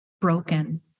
broken